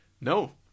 no